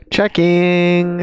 Checking